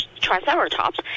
triceratops